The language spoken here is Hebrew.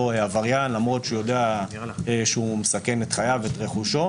עבריין למרות שהוא יודע שהוא מסכן את חייו ואת רכושו,